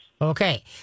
Okay